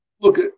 look